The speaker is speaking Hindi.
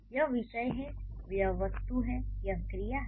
यह विषय है यह वस्तु है यह क्रिया है